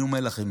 אני אומר לכם,